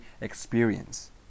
experience